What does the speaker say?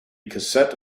cassette